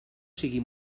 sigui